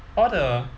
all the